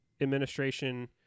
administration